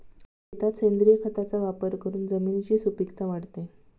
शेतात सेंद्रिय खताचा वापर करून जमिनीची सुपीकता वाढते